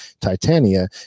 titania